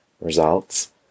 results